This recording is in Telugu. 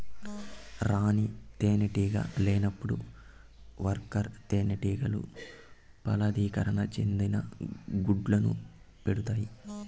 రాణి తేనెటీగ లేనప్పుడు వర్కర్ తేనెటీగలు ఫలదీకరణం చెందని గుడ్లను పెడుతాయి